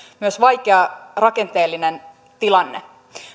myös vaikea rakenteellinen tilanne